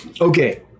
Okay